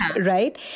right